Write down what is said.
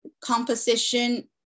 composition